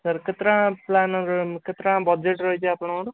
sir କେତେ ଟଙ୍କା ପ୍ଲାନ୍ରେ କେତେ ଟଙ୍କା ବଜେଟ୍ ରହିଛି ଆପଣଙ୍କର